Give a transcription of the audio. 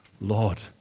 Lord